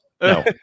No